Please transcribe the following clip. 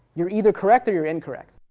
you're either correct or you're incorrect.